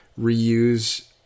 reuse